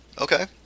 okay